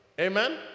Amen